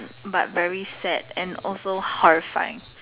but very sad and also horrifying